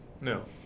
No